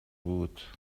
بود